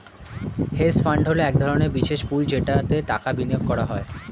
hedge fund হলো এক ধরনের বিশেষ পুল যেটাতে টাকা বিনিয়োগ করা হয়